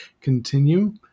continue